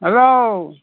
hello